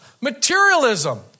Materialism